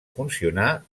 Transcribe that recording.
funcionar